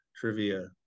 trivia